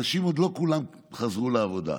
עוד לא כל האנשים חזרו לעבודה.